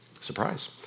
Surprise